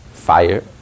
fire